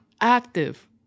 active